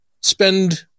spend